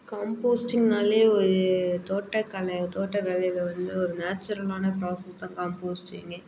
காம்போஸ்டிங்னாலே ஒரு தோட்டக்கலை தோட்ட வேலையில் வந்து ஒரு நேச்சுரலான ப்ராசஸ் தான் காம்போஸ்டிங்